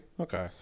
Okay